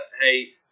hey